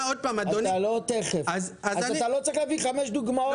אתה לא צריך להביא חמש דוגמאות,